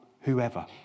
whoever